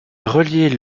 reliait